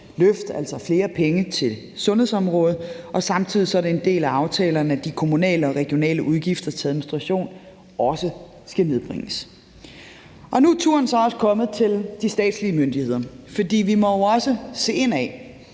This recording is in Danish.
løft, altså flere penge, til sundhedsområdet, og samtidig er det en del af aftalerne, at de kommunale og regionale udgifter til administration også skal nedbringes. Nu er turen så også kommet til de statslige myndigheder, fordi vi jo også må se indad.